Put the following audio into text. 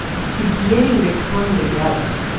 beginning to come together.